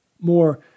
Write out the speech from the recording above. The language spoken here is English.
More